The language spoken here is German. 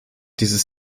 dieses